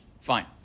Fine